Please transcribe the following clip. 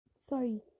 Sorry